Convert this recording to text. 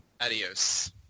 Adios